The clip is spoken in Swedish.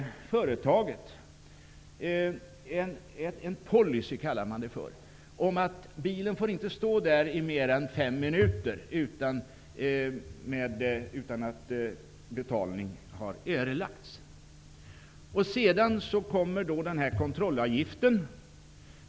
Företaget brukar ofta tillämpa den policyn att bilen inte får stå parkerad i mer än 5 minuter utan att betalning erläggs. I annat fall uttas en kontrollavgift.